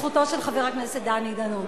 לזכותו של חבר הכנסת דני דנון.